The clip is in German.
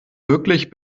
wirklich